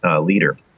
leader